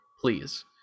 please